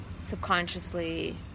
subconsciously